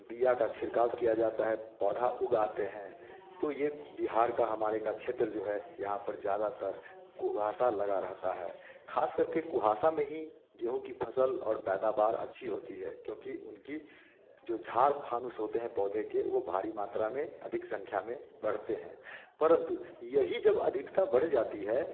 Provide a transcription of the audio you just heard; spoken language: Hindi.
बिया की छिड़काव किया जाता है पौधा उगाते हैं तो ये बिहार का हमारे का क्षेत्र जो है यहाँ पर ज़्यादातर कुहासा लगा रहता है खास करके कुहासा में ही गेहूँ की फसल और पैदावार अच्छी होती है क्योंकि उनकी जो झार फानूस होते हैं पौधे के वो भारी मात्रा में अधिक संख्या में बढ़ते हैं परंतु यही जब अधिकता बढ़ जाती है